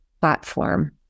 platform